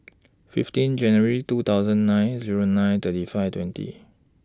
fifteen January two thousand nine Zero nine thirty five twenty